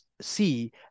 see